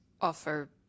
offer